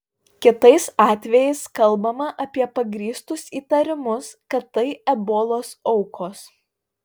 kitais atvejais kalbama apie pagrįstus įtarimus kad tai ebolos aukos